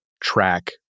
track